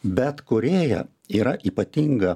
bet korėja yra ypatinga